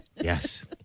Yes